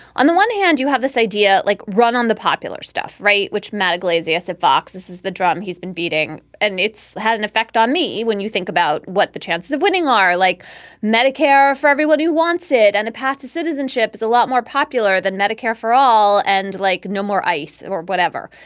on the one hand, you have this idea like run on the popular stuff. right, which matt glaziers at fox. this is the drum he's been beating and it's had an effect on me when you think about what the chances of winning are like medicare for everybody who wants it. and a path to citizenship is a lot more popular than medicare for all and like no more ice or whatever.